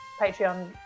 Patreon